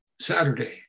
Saturday